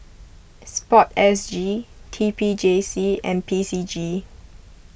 Sport S G T P J C and P C G